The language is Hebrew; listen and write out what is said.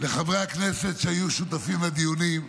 לחברי הכנסת שהיו שותפים לדיונים,